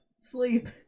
sleep